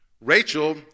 Rachel